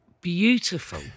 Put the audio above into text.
beautiful